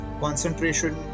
concentration